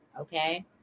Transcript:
okay